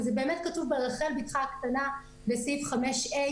וזה באמת כתוב ברחל בתך הקטנה בסעיף 5(ה),